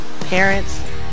parents